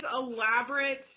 elaborate